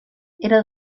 era